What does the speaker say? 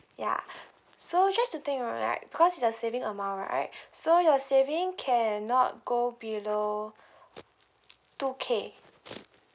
ya so just to take note right because it's a saving amount right so your saving cannot go below two K